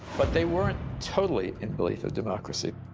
but they weren't totally in belief of democracy.